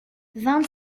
vingt